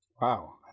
Wow